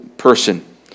person